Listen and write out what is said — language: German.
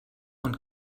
und